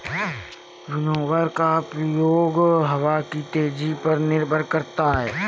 winnower का प्रयोग हवा की तेजी पर निर्भर करता है